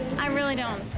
i really don't.